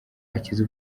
akize